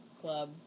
club